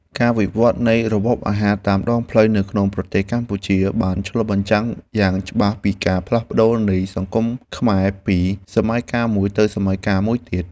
ការវិវត្តនៃរបបអាហារតាមដងផ្លូវនៅក្នុងប្រទេសកម្ពុជាបានឆ្លុះបញ្ចាំងយ៉ាងច្បាស់ពីការផ្លាស់ប្តូរនៃសង្គមខ្មែរពី សម័យកាលមួយទៅសម័យកាលមួយទៀត។